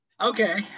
Okay